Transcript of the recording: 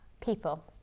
People